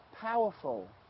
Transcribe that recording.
powerful